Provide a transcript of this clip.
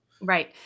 Right